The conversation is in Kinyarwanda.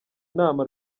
nama